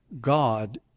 God